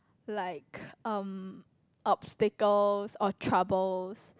like um obstacles or troubles